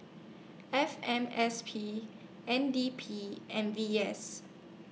F M S P N D P and V S